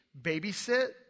babysit